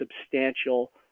substantial